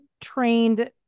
trained